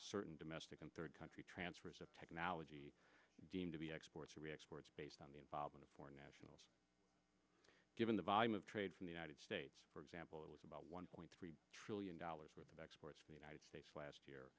certain domestic and third country transfers of technology deemed to be exports to be exports based on the involvement of foreign nationals given the volume of trade from the united states for example it was about one point three trillion dollars worth of exports to the united states last year